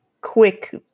quick